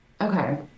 okay